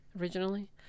originally